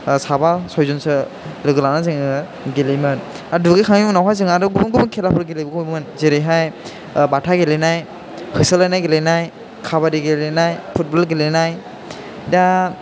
साबा सयजनसो लोगो लानानै जोङो गेलेयोमोन आरो दुगैखांनायनि उनावहाय जोङो आरो गुबन गुबुन खेलाफोरबो गेलेबावयोमोन जेरैहाय बाथा गेलेनाय होसोलायनाय गेलेनाय काबादि गेलेनाय फुटबल गेलेनाय दा